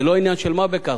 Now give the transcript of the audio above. זה לא עניין של מה בכך,